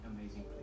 amazing